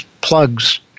plugs